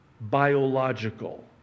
biological